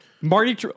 Marty